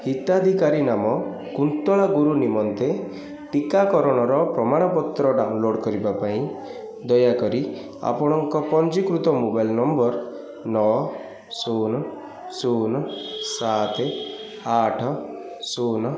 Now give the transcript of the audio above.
ହିତାଧିକାରୀ ନାମ କୁନ୍ତଳା ଗୁରୁ ନିମନ୍ତେ ଟିକାକରଣର ପ୍ରମାଣପତ୍ର ଡାଉନଲୋଡ଼୍ କରିବା ପାଇଁ ଦୟାକରି ଆପଣଙ୍କ ପଞ୍ଜୀକୃତ ମୋବାଇଲ୍ ନମ୍ବର ନଅ ଶୂନ ଶୂନ ସାତ ଆଠ ଶୂନ